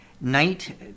night